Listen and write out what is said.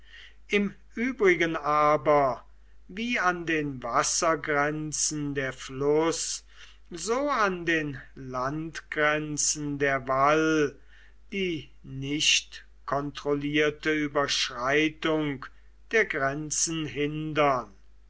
im übrigen aber wie an den wassergrenzen der fluß so an den landgrenzen der wall die nicht kontrollierte überschreitung der grenzen hindern